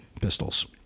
pistols